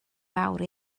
fawr